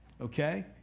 Okay